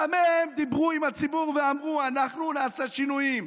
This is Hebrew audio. גם הם דיברו עם הציבור ואמרו: אנחנו נעשה שינויים.